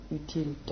utile